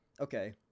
okay